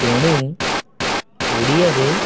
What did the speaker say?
ତେଣୁ ଓଡ଼ିଆରେ